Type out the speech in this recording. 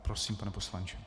Prosím, pane poslanče.